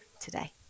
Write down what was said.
today